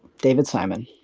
david simon